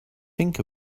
think